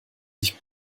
sich